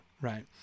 right